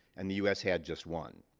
and the us had just one.